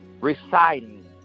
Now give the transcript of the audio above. reciting